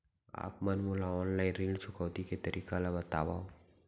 आप मन मोला ऑनलाइन ऋण चुकौती के तरीका ल बतावव?